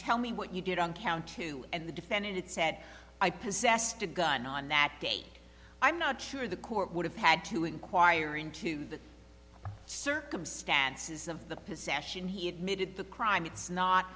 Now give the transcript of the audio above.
tell me what you did on count two and the defendant said i possessed a gun on that day i'm not sure the court would have had to inquire into the circumstances of the possession he admitted the crime it's not